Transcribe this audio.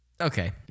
Okay